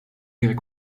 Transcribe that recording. jak